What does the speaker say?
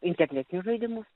internetinius žaidimus